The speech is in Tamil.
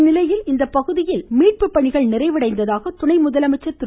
இந்நிலையில் இந்த பகுதியில் மீட்பு பணிகள் நிறைவடைந்ததாக துணைமுதலமைச்சர் திரு